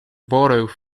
borough